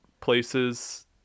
places